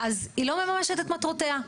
היא לא מממשת את מטרותיה.